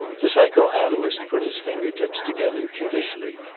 the psycho-analyst put his finger tips together, judicially.